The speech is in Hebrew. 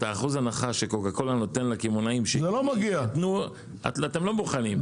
את אחוז ההנחה שקוקה קולה נותן לקמעונאים אתם לא מוכנים.